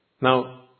Now